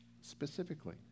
specifically